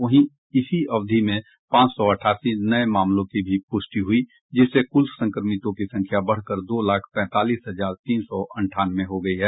वहीं इसी अवधि में पांच सौ अठासी नये मामलों की भी पुष्टि हुई जिससे कुल संक्रमितों की संख्या बढ़कर दो लाख पैंतालीस हजार तीन सौ अंठानवे हो गयी है